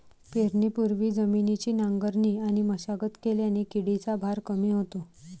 पेरणीपूर्वी जमिनीची नांगरणी आणि मशागत केल्याने किडीचा भार कमी होतो